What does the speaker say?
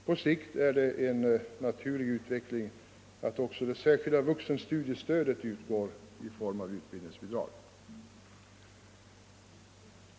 På sikt är det en naturlig utveckling att också det särskilda vuxenstudiestödet utgår i form av utbildningsbidrag.